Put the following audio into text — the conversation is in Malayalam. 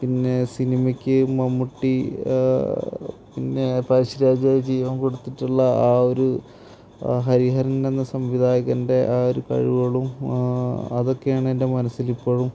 പിന്നെ സിനിമയ്ക്ക് മമ്മൂട്ടി പിന്നെ പഴശ്ശിരാജയായി ജീവൻ കൊടുത്തിട്ടുള്ള ആ ഒരു ഹരിഹരൻ എന്ന സംവിധായകൻ്റെ ആ ഒരു കഴിവുകളും അതൊക്കെയാണ് എൻ്റെ മനസ്സിൽ ഇപ്പോഴും